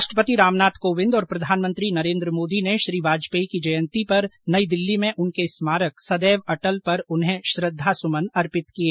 राष्ट्रपति रामनाथ कोविंद और प्रधानमंत्री नरेन्द्र मोदी ने श्री वाजपेयी की जयंती पर नई दिल्ली में उनके स्मारक सदैव अटल पर उन्हें श्रद्धासुमन अर्पित किए